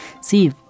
See